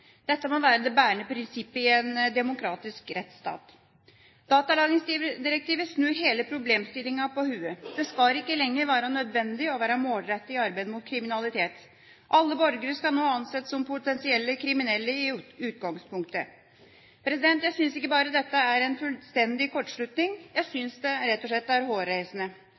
Dette må være det bærende prinsipp i en demokratisk rettsstat. Datalagringsdirektivet snur hele problemstillingen på hodet. Det skal ikke lenger være nødvendig å være målrettet i arbeidet mot kriminalitet. Alle borgere skal nå anses som potensielle kriminelle i utgangspunktet. Jeg synes ikke bare dette er en fullstendig kortslutning. Jeg synes det rett og slett er